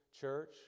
church